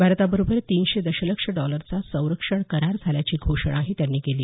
भारताबरोबर तीनशे दशलक्ष डॉलरचा संरक्षण करार झाल्याची घोषणाही त्यांनी केली